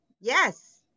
Yes